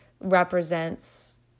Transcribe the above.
represents